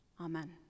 Amen